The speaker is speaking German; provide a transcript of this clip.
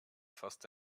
fast